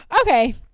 okay